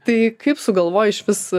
tai kaip sugalvojai išvis